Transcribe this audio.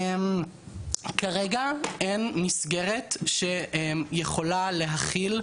כרגע אין מסגרת שיכולה להכיל,